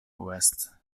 west